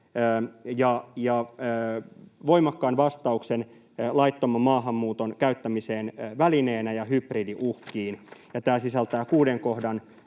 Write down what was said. ja voimakkaan vastauksen laittoman maahanmuuton käyttämiseen välineenä ja hybridiuhkiin.” Ja tämä sisältää kuuden kohdan